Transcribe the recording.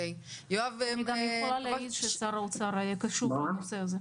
אני גם יכולה להעיד ששר האוצר היה קשוב בנושא הזה.